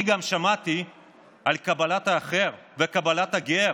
אני שמעתי גם על קבלת האחר ועל קבלת הגר.